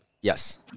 Yes